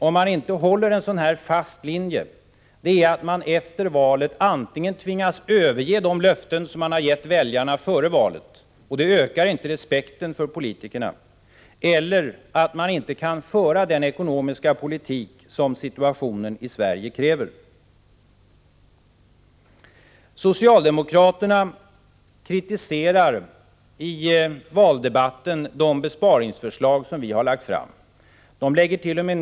Om man inte håller en fast linje i det här avseendet är risken att man efter valet antingen tvingas överge de löften man har gett väljarna före valet — och det ökar inte respekten för politikerna— eller att man inte kan föra den ekonomiska politik som situationen i Sverige kräver. I valdebatten kritiserar socialdemokraterna de besparingsförslag som vi harlagt fram. De läggert.o.m.